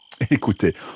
Écoutez